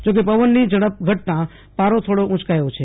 જો કે પવનની ઝડપ ઘટતા પારો થોડો ઊંચકાયો છે